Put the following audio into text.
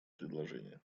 предложение